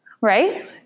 Right